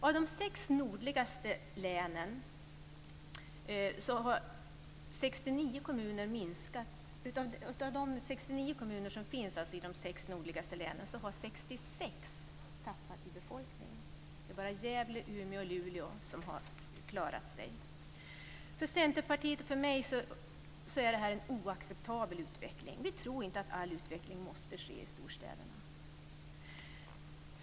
Av de sex nordligaste länens 69 kommuner har 66 tappat i befolkning. Det är bara Gävle, Umeå och Luleå som har klarat sig. För Centerpartiet och för mig är detta en oacceptabel utveckling. Vi tror inte att all utveckling måste ske i storstäderna.